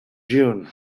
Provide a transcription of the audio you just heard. june